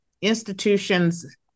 institutions